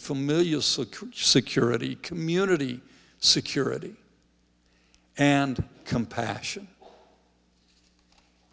secure security community security and compassion